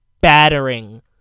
battering